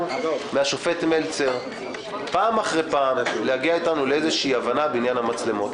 מהשופט מלצר פעם אחר פעם להגיע אתנו להבנה בנוגע למצלמות,